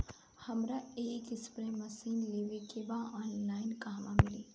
हमरा एक spray machine लेवे के बा ऑनलाइन कहवा मिली?